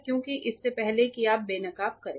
क्योंकि इससे पहले कि आप बेनकाब करें